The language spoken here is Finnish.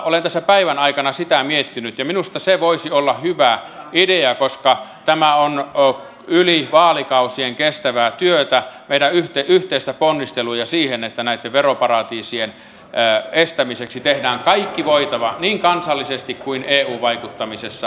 olen tässä päivän aikana sitä miettinyt ja minusta se voisi olla hyvä idea koska tämä on yli vaalikausien kestävää työtä meidän yhteisiä ponnisteluja niin että näitten veroparatiisien estämiseksi tehdään kaikki voitava niin kansallisesti kuin eu vaikuttamisessa